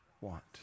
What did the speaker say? want